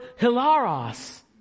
hilaros